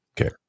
Okay